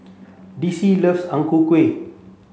Dicy loves Ang Ku Kueh